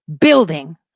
building